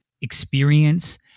experience